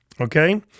Okay